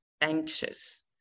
anxious